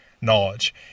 knowledge